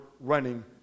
running